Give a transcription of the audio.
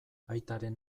aitaren